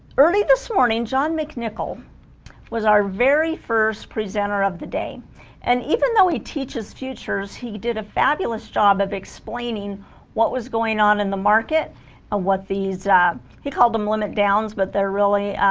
early this morning john mcnichol was our very first presenter of the day and even though he teaches future he did a fabulous job of explaining what was going on in the market and ah what these he called them limit downs but they're really